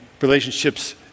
relationships